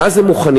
ואז הם מוכנים.